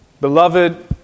Beloved